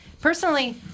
personally